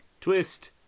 Twist